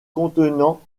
contenant